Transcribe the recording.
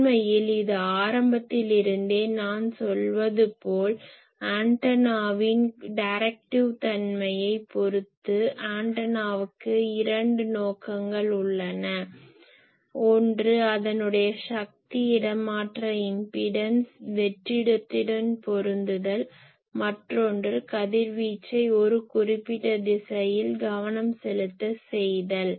உண்மையில் இது ஆரம்பத்தில் இருந்தே நான் சொல்வது போல் ஆண்டனாவின் டைரக்டிவ் தன்மையைப் பொருத்து ஆண்டனாவுக்கு இரண்டு நோக்கங்கள் உள்ளன ஒன்று அதனுடைய சக்தி இடமாற்ற இம்பிடன்ஸ் வெற்றிடத்துடன் பொருந்துதல் மற்றொன்று கதிர்வீச்சை ஒரு குறிப்பிட்ட திசையில் கவனம் செலுத்தச் செய்தல்